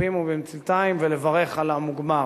בתופים ובמצילתיים ולברך על המוגמר,